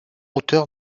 auteur